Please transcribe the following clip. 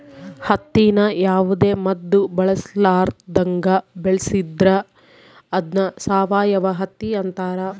ಹತ್ತಿನ ಯಾವುದೇ ಮದ್ದು ಬಳಸರ್ಲಾದಂಗ ಬೆಳೆದ್ರ ಅದ್ನ ಸಾವಯವ ಹತ್ತಿ ಅಂತಾರ